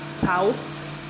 touts